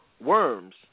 worms